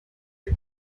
are